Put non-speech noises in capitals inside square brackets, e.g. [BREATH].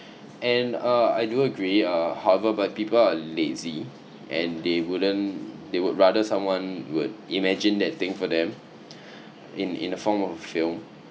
[BREATH] and uh I do agree uh however but people are lazy and they wouldn't they would rather someone would imagine that thing for them [BREATH] in in the form of film